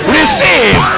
receive